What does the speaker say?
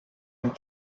and